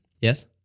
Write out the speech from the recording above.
Yes